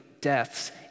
deaths